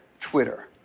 Twitter